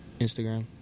Instagram